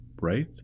right